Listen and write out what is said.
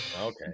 okay